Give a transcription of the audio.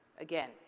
again